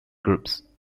groups